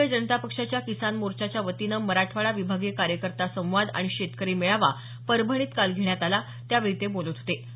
भारतीय जनता पक्षाच्या किसान मोर्चाच्या वतीनं मराठवाडा विभागीय कार्यकर्ता संवाद आणि शेतकरी मेळावा परभणीत काल घेण्यात आला त्यावेळी ते बोलत होते